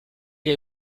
est